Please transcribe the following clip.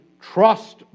trust